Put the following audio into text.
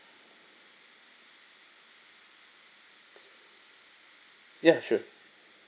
ya sure